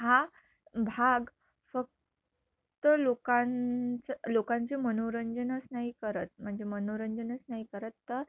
हा भाग फक्त लोकांचं लोकांचे मनोरंजनच नाही करत म्हणजे मनोरंजनच नाही करत तर